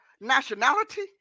nationality